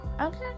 Okay